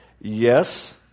Yes